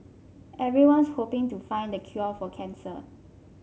everyone's hoping to find the cure for cancer